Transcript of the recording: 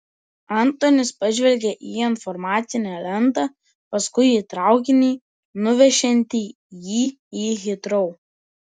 antonis pažvelgė į informacinę lentą paskui į traukinį nuvešiantį jį į hitrou